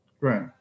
Right